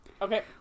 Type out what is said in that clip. Okay